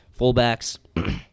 fullbacks